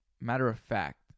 matter-of-fact